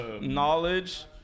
knowledge